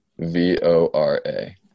V-O-R-A